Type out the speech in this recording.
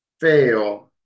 fail